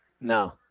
No